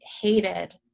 hated